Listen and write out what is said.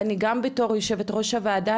ואני גם בתור יו"ר הוועדה,